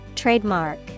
Trademark